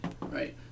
right